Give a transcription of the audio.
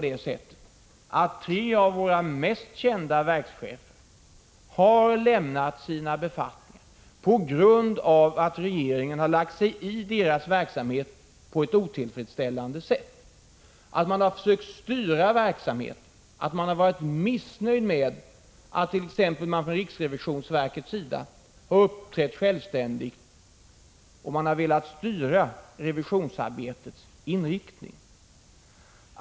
Men tre av våra mest kända verkschefer har ju ändå lämnat sina befattningar på grund av att regeringen har lagt sig i deras verksamhet på ett otillfredsställande sätt. Man har försökt styra verksamheten, man har varit missnöjd med att t.ex. riksrevisionsverket har uppträtt självständigt, och man har velat styra revisionsarbetets inriktning.